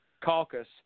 caucus